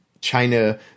China